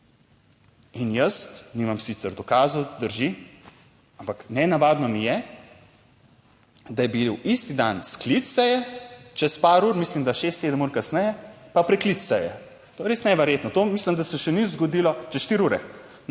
In jaz nimam sicer dokazov, drži, ampak nenavadno mi je, da je bil isti dan sklic seje, čez par ur, mislim, da 6, 7 ur kasneje pa preklic seje. To je res neverjetno, to mislim, da se še ni zgodilo … Čez 4 ure?